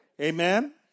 Amen